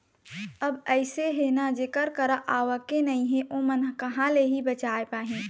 अब अइसे हे ना जेखर करा आवके नइ हे ओमन ह कहाँ ले ही बचाय पाही